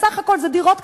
בסך הכול זה דירות קטנות.